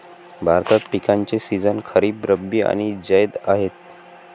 भारतात पिकांचे सीझन खरीप, रब्बी आणि जैद आहेत